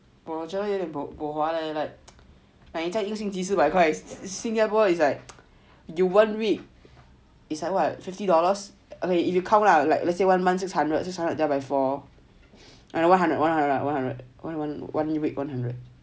but 我觉得有点 bo hua leh like 你这样一个星期四百块 singapore is like you weren't what fifty dollars okay if you count lah like let say one month six hundred six hundred divide by four